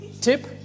Tip